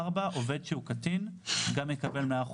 עובד שהוא קטין גם יקבל 100%,